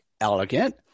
elegant